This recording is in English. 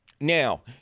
Now